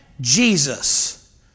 Jesus